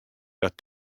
dat